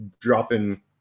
dropping